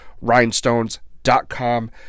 rhinestones.com